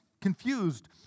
confused